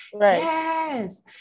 yes